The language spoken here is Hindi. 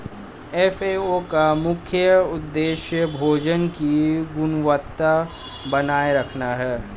एफ.ए.ओ का मुख्य उदेश्य भोजन की गुणवत्ता बनाए रखना है